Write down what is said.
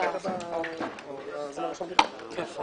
בשעה 10:06.